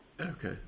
Okay